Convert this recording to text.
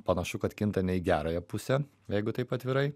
panašu kad kinta ne į gerąją pusę jeigu taip atvirai